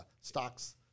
stocks